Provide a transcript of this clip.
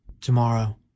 tomorrow